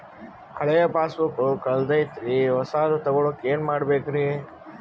ಹಳೆ ಪಾಸ್ಬುಕ್ ಕಲ್ದೈತ್ರಿ ಹೊಸದ ತಗೊಳಕ್ ಏನ್ ಮಾಡ್ಬೇಕರಿ?